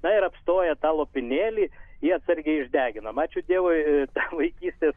na ir apstoję tą lopinėlį jį atsargiai išdeginom ačiū dievui vaikystės